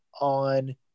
on